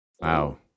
Wow